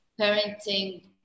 parenting